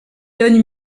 donne